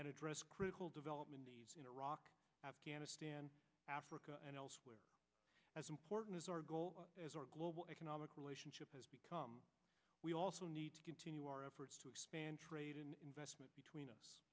and address critical development in iraq afghanistan africa and elsewhere as important as our goal as our global economic relationship has become we also need to continue our efforts to expand trade investment between us